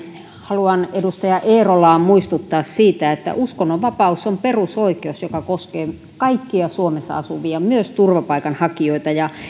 haluan edustaja eerolaa muistuttaa siitä että uskonnonvapaus on perusoikeus joka koskee kaikkia suomessa asuvia myös turvapaikanhakijoita ja